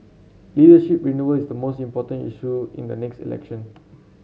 leadership renewal is the most important issue in the next election